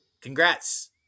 Congrats